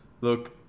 look